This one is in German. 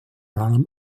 allem